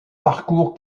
parcours